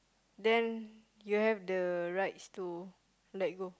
then you have the rights to let go